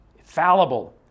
fallible